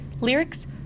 lyrics